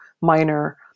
minor